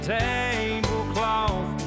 tablecloth